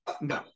no